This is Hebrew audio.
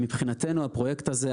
מבחינתנו הפרויקט הזה,